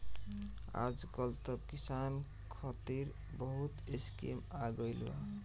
आजकल त किसान खतिर बहुत स्कीम आ गइल बा